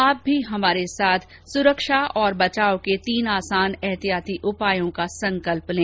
आप भी हमारे साथ सुरक्षा और बचाव के तीन आसान एहतियाती उपायों का संकल्प लें